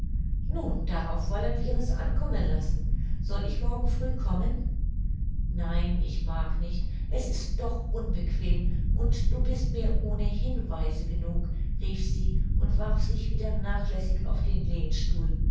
nun darauf wollen wir es ankommen lassen soll ich morgen früh kommen nein ich mag nicht es ist doch unbequem und du bist mir ohnehin weise genug rief sie und warf sich wieder nachlässig auf den lehnstuhl